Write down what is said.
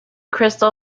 crystal